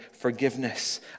forgiveness